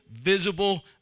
visible